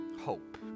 Hope